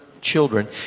children